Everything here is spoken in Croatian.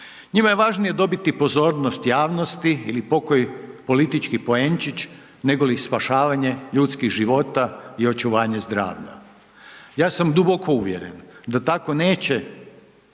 Njima je važnije dobiti pozornosti javnosti ili pokoji politički poenčić nego li spašavanje ljudskih života i očuvanje zdravlja. Ja sam duboko uvjeren da tako neće